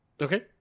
Okay